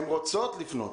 הן רוצות לפנות,